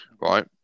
right